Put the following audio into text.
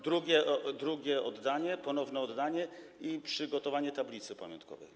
drugie oddanie, ponowne oddanie i przygotowanie tablicy pamiątkowej.